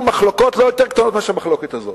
מחלוקות לא קטנות יותר מאשר המחלוקת הזאת,